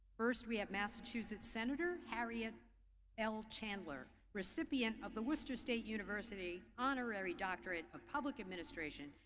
first we have massachusetts senator harriet l. chandler, recipient of the worcester state university honorary doctorate of public administration,